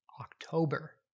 October